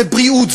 זה בריאות,